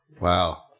Wow